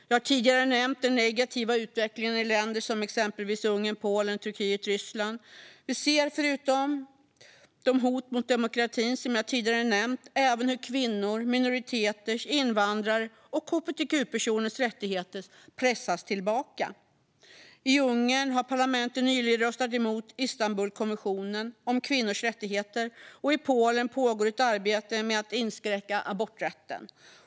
Jag har tidigare nämnt den negativa utvecklingen i länder som exempelvis Ungern, Polen, Turkiet och Ryssland, och förutom de hot mot demokratin jag tidigare nämnt ser vi hur kvinnors, minoriteters, invandrares och hbtq-personers rättigheter pressas tillbaka. I Ungern har parlamentet nyligen röstat emot Istanbulkonventionen om kvinnors rättigheter, och i Polen pågår ett arbete med att inskränka aborträtten.